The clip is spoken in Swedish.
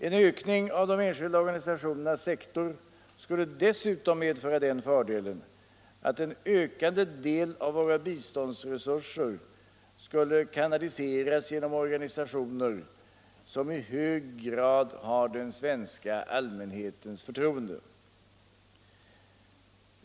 En ökning av de enskilda organisationernas sektor skulle dessutom medföra den fördelen att en ökande del av våra biståndsresurser skulle kanaliseras genom organisationer som i hög grad har den svenska allmänhetens förtroende.